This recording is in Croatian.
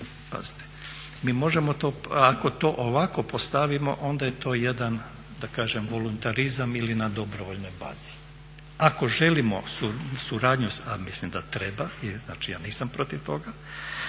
Mi možemo to, ako to ovako postavimo onda je to jedan da kažem voluntarizam ili na dobrovoljnoj bazi. Ako želimo suradnju, a mislim da treba, znači ja nisam protiv toga,